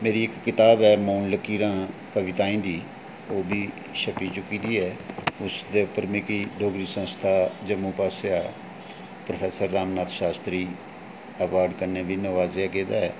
मेरी इक्क कताब ऐ मौन लकीरां कविताएं दी ओह्बी छपी चुक्की दी ऐ उस आस्तै मिगी डोगरी संस्था जम्मू पासेआ प्रोफेसर रामनाथ शास्त्री अवार्ड कन्ने नवाजेआ गेदा ऐ